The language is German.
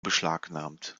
beschlagnahmt